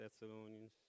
Thessalonians